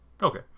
Okay